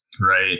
right